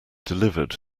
delivered